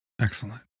Excellent